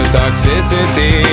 toxicity